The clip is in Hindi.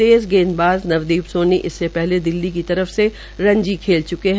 तेज़ गेदबाज़ नवदीप सोनी इससे पहले दिल्ली की तरफ से रणजी खेल च्के है